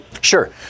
Sure